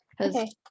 Okay